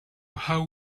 how